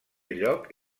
lloc